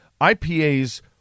IPA's